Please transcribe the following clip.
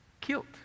killed